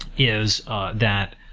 is that